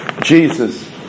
Jesus